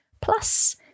Plus